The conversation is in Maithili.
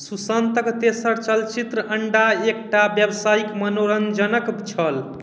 सुशान्तके तेसर चलचित्र अण्डा एकटा बेवसाइक मनोरञ्जक छल